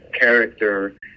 character